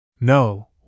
No